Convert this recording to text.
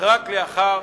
רק לאחר